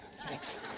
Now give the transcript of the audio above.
Thanks